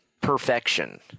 perfection